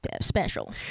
special